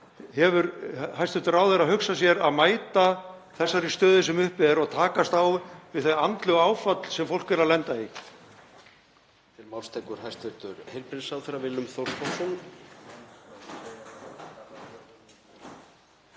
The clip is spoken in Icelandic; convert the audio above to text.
hefur hæstv. ráðherra hugsað sér að mæta þessari stöðu sem uppi er og takast á við það andlega áfall sem fólk er að lenda í?